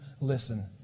listen